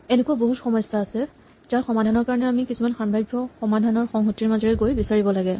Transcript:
এনেকুৱা বহুত সমস্যা আছে যাৰ সমাধানৰ কাৰণে আমি কিছুমান সাম্ভাৱ্য সমাধানৰ সংহতিৰ মাজেৰে গৈ বিচাৰিব লাগে